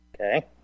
okay